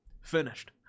Finished